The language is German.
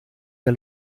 der